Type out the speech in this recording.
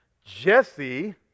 jesse